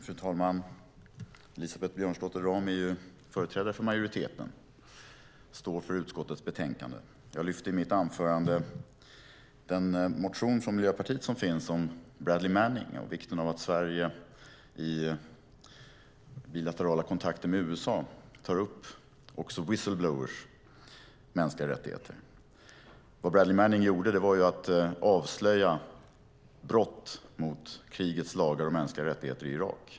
Fru talman! Elisabeth Björnsdotter Rahm är företrädare för majoriteten och står för utskottets betänkande. Jag lyfte i mitt anförande fram den motion från Miljöpartiet som finns om Bradley Manning och vikten av att Sverige i bilaterala kontakter med USA tar upp också whistleblowers mänskliga rättigheter. Vad Bradley Manning gjorde var att avslöja brott mot krigets lagar och mänskliga rättigheter i Irak.